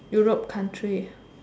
Europe country